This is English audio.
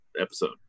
episode